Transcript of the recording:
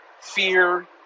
fear